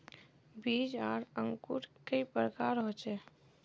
बीज आर अंकूर कई प्रकार होचे?